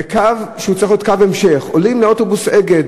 בקו שצריך להיות קו המשך, עולים לאוטובוס "אגד"